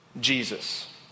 Jesus